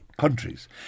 Countries